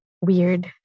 weird